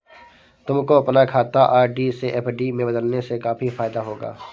तुमको अपना खाता आर.डी से एफ.डी में बदलने से काफी फायदा होगा